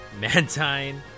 Mantine